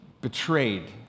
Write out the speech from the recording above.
betrayed